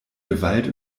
gewalt